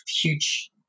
huge